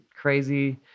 crazy